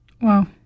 Wow